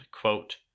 quote